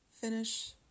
finish